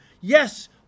Yes